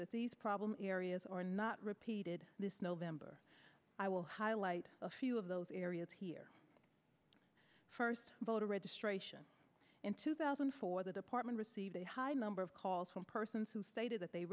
that these problem areas are not repeated this november i will highlight a few of those areas here first voter registration in two thousand and four the department received a high number of calls from persons who stated that they